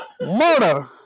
Murder